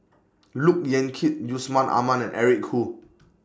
Look Yan Kit Yusman Aman and Eric Khoo